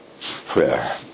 Prayer